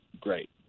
great